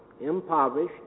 impoverished